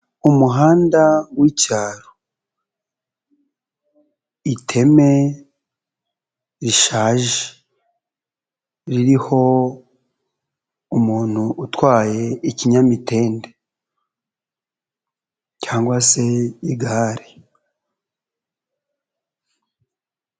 Umuhanda w'icyaro, iteme rishaje ririho umuntu utwaye ikinyamitende cyangwa se igare.